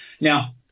Now